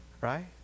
right